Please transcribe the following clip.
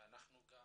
אנחנו גם